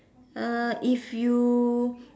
uh if you